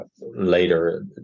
later